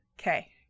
Okay